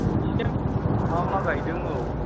नोंनिसिना मा मा गायदों औ